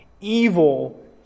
Evil